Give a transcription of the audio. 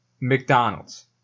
McDonald's